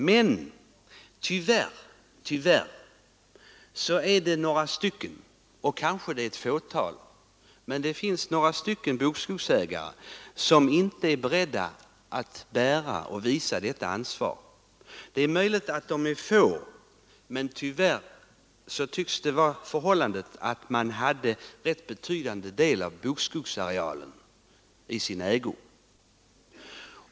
Men tyvärr finns det några bokskogsägare — de är kanske ett fåtal — som inte är beredda att bära och visa detta ansvar. Möjligen är de få men tyvärr tycks de ha en rätt betydande del av bokskogsarealen i sin ägo.